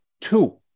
two